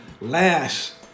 last